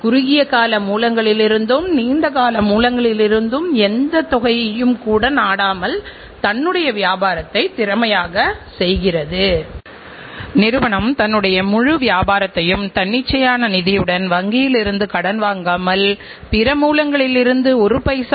நீங்கள் ஒரு பொருளின் தரத்தை உயர்த்துவதன் மூலம் அந்த பொருளில் உள்ள குறைபாடுகளை அகற்ற முடியும் தரம் குறைந்த பொருட்களை கண்டுபிடிப்பதற்காக கூடிய செலவுகளை நாம் மதிப்பீட்டு செலவுகள் எனக் கூறலாம்